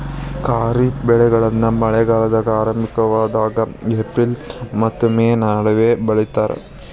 ಖಾರಿಫ್ ಬೆಳೆಗಳನ್ನ ಮಳೆಗಾಲದ ಆರಂಭದಾಗ ಏಪ್ರಿಲ್ ಮತ್ತ ಮೇ ನಡುವ ಬಿತ್ತತಾರ